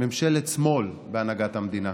ממשלת שמאל בהנהגת המדינה.